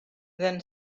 then